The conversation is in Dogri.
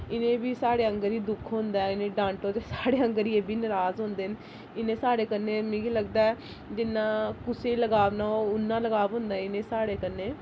इनें बी स्हाड़े आंह्गर ही दुक्ख होंदा ऐ इ'नें डांटो ते स्हाड़ै आंह्गर ही एह् बी नराज़ होंदे न इ'नें स्हाड़े कन्नै मिगी लगदा ऐ जिन्ना कुसै गी लगाव न होग उन्ना लगाव होंदा ऐ इनेंगी स्हाड़े कन्नै